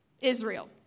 Israel